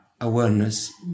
awareness